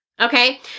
Okay